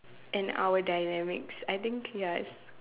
and our dynamics I think ya it's